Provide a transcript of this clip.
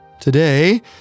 Today